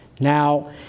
Now